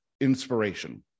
inspiration